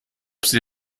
sie